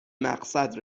مقصد